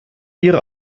ihre